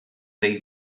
neu